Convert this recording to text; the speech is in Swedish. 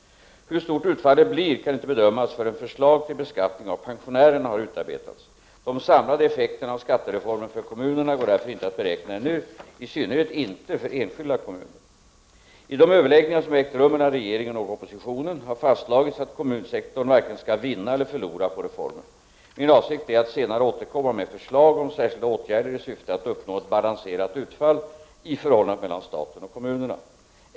Hur stort utfallet blir kan inte bedömas förrän förslag till beskattning av pensionärerna har utarbetats. De samlade effekterna av skattereformen för kommunerna går därför inte att beräkna ännu — i synnerhet inte för enskilda kommuner. I de överläggningar som har ägt rum mellan regeringen och oppositionen har fastslagits att kommunsektorn varken skall vinna eller förlora på reformen. Min avsikt är att senare återkomma med förslag om särskilda åtgärder isyfte att uppnå ett balanserat utfall i förhållandet mellan staten och kommunerna.